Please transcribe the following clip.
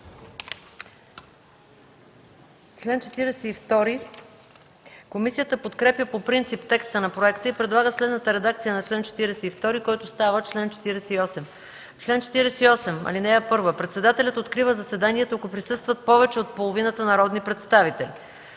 МАНОЛОВА: Комисията подкрепя по принцип текста на проекта и предлага следната редакция на чл. 42, който става чл. 48: „Чл. 48. (1) Председателят открива заседанието, ако присъстват повече от половината от народните представители.